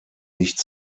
nicht